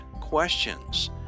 questions